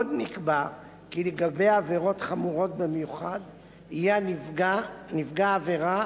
עוד נקבע כי לגבי עבירות חמורות במיוחד יהיה נפגע העבירה